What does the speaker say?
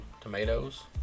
tomatoes